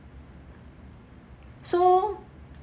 so